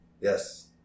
Yes